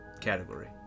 category